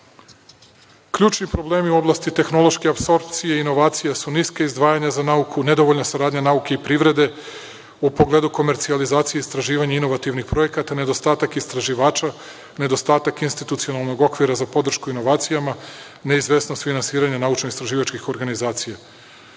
problemi u oblasti tehnološke apsorpcije i inovacije su niska izdvajanja za nauku, nedovoljna saradnja nauke i privrede u pogledu komercijalizacije istraživanja inovativnih projekata, nedostatak istraživača, nedostatak institucionalnog okvira za podršku inovacijama, neizvesnost finansiranja naučno-istraživačkih organizacija. Izdvajanje